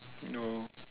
oh